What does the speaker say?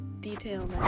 detail